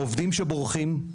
העובדים שבורחים,